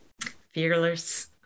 fearless